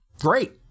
great